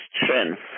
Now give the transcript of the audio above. strength